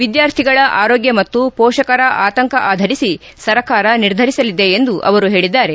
ವಿದ್ಯಾರ್ಥಿಗಳ ಆರೋಗ್ಯ ಮತ್ತು ಪೋಷಕರ ಆತಂಕ ಆಧರಿಸಿ ಸರ್ಕಾರ ನಿರ್ಧರಿಸಲಿದೆ ಎಂದು ಅವರು ಹೇಳಿದ್ದಾರೆ